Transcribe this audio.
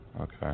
Okay